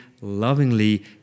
lovingly